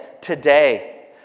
today